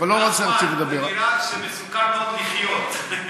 נחמן, זו מדינה שמסוכן מאוד לחיות בה.